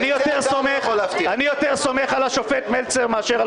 אני סומך יותר על השופט מלצר מאשר על